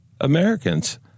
Americans